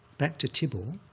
back to to thibaw,